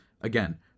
Again